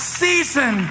season